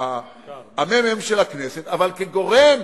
בממ"מ של הכנסת, אבל כגורם